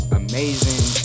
amazing